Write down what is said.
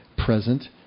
present